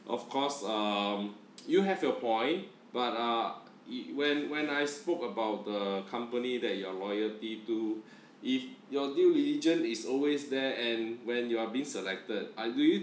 of course um you have your point but ah y~ when when I spoke about the company that your loyalty to if your due diligent is always there and when you are being selected ah do you